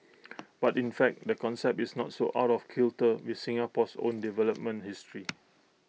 but in fact the concept is not so out of kilter with Singapore's own development history